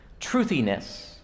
truthiness